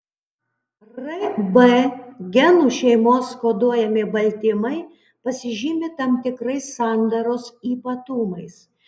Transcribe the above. rb genų šeimos koduojami baltymai pasižymi tam tikrais sandaros ypatumais